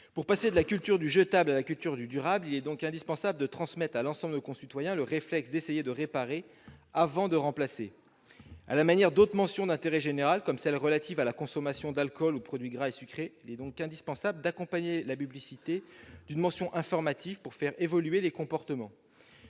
Pour passer de la culture du jetable à la culture du durable, il est indispensable de transmettre à l'ensemble de nos concitoyens le réflexe d'essayer de réparer avant de remplacer. À la manière d'autres mentions d'intérêt général, comme celles qui sont relatives à la consommation d'alcool ou de produits gras et sucrés, il est indispensable d'accompagner la publicité d'une mention informative pour faire évoluer les comportements.